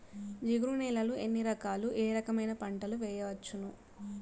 జిగురు నేలలు ఎన్ని రకాలు ఏ రకమైన పంటలు వేయవచ్చును?